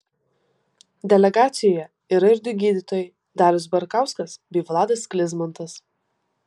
delegacijoje yra ir du gydytojai dalius barkauskas bei vladas sklizmantas